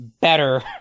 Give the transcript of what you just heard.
better